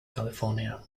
california